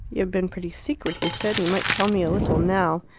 you have been pretty secret, he said you might tell me a little now.